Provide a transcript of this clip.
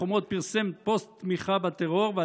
זרעו הרס ותקפו אנשי צוות ביחידת טיפול נמרץ בבית